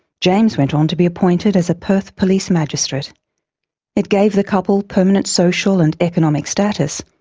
james went on to be appointed as a perth police magistrate it gave the couple permanent social and economic status,